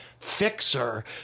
fixer